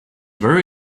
very